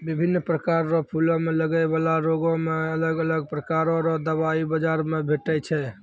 बिभिन्न प्रकार रो फूलो मे लगै बाला रोगो मे अलग अलग प्रकार रो दबाइ बाजार मे भेटै छै